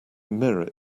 mirror